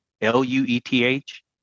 L-U-E-T-H